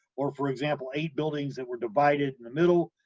or, for example, eight buildings that were divided in the middle,